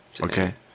Okay